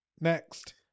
Next